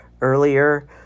earlier